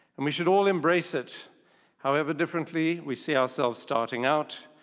and we should all embrace it however differently we see ourselves starting out,